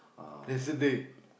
yesterday